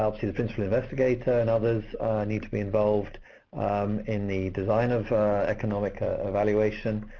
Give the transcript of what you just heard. obviously the principal investigator and others need to be involved in the design of economic ah evaluation.